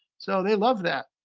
so they love that.